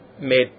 made